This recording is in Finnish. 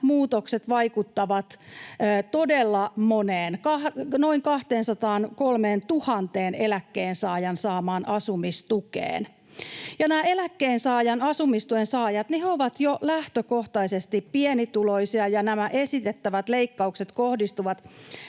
muutokset vaikuttavat todella moneen, noin 203 000 eläkkeensaajan saamaan asumistukeen. Nämä eläkkeensaajan asumistuen saajat ovat jo lähtökohtaisesti pienituloisia, ja nämä esitettävät leikkaukset kohdistuvat